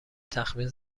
تخمین